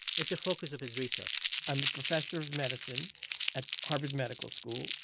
it's a focus of his research i'm a professor of medicine at harvard medical school,